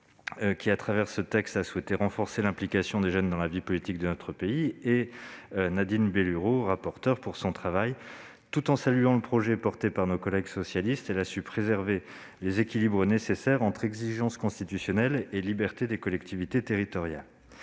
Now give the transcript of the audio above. au travers ce texte renforcer l'implication des jeunes dans la vie politique de notre pays, ainsi que Mme la rapporteure Nadine Bellurot pour son travail : tout en saluant le projet porté par nos collègues socialistes, elle a su préserver les équilibres nécessaires entre exigence constitutionnelle et liberté des collectivités territoriales.